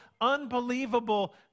unbelievable